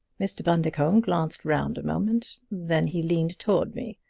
mr. bundercombe glanced round a moment. then he leaned toward me.